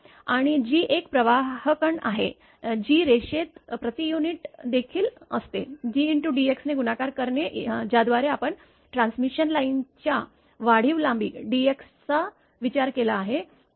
आणि G एक प्रवाहकण आहे G रेषेत प्रति युनिट देखील असते G dx ने गुणाकार करते ज्याद्वारे आपण ट्रांसमिशन लाइनच्या वाढीव लांबी dx चा विचार केला आहे